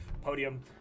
podium